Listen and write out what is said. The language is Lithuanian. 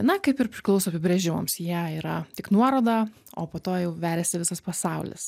na kaip ir priklauso apibrėžimams jie yra tik nuoroda o po to jau veriasi visas pasaulis